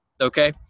Okay